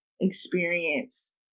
experience